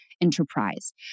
enterprise